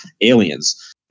Aliens